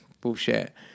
bullshit